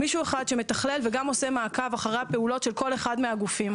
מישהו אחד שמתכלל וגם עושה מעקב אחרי הפעולות של כל אחד מהגופים.